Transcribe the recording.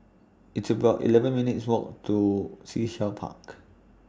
It's about eleven minutes' Walk to Sea Shell Park